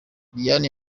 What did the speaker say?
diane